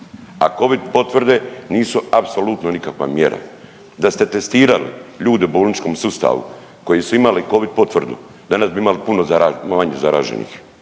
A Covid potvrde nisu apsolutno nikakva mjera. Da ste testirali ljude u bolničkom sustavu koji su imali Covid potvrdu danas bi imali puno manje zaraženih,